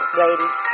ladies